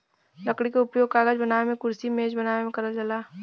लकड़ी क उपयोग कागज बनावे मेंकुरसी मेज बनावे में करल जाला